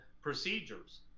procedures